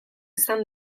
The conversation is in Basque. izan